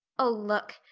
oh, look,